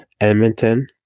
Edmonton